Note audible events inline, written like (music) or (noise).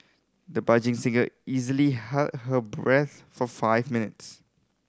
the (unintelligible) singer easily held her breath for five minutes